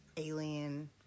Alien